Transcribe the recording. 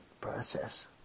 process